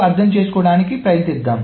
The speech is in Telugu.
అర్థం చేసుకోవడానికి ప్రయత్నిద్దాం